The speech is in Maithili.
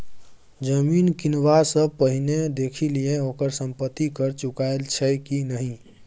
जमीन किनबा सँ पहिने देखि लिहें ओकर संपत्ति कर चुकायल छै कि नहि?